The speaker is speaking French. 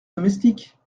domestiques